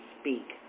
speak